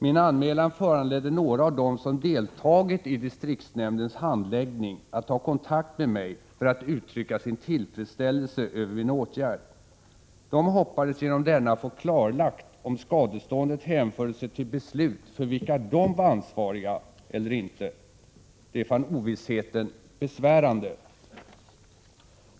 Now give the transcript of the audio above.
Min anmälan föranledde några av dem som deltagit i distriktsnämndens handläggning att ta kontakt med mig för att uttrycka sin tillfredsställelse över min åtgärd. De hoppades genom denna få klarlagt, om skadeståndet hänförde sig till beslut för vilka de var ansvariga eller ej. De fann ovissheten besvärande.